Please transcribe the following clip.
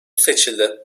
seçildi